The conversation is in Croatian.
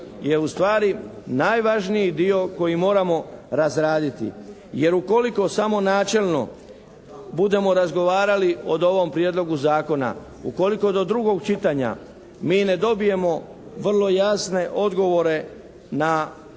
je ustvari najvažniji dio koji moramo razraditi. Jer ukoliko samo načelno budemo razgovarali od ovom Prijedlogu zakona, ukoliko do drugog čitanja mi ne dobijemo vrlo jasne odgovore na one